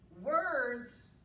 words